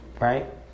right